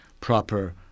proper